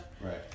right